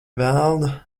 velna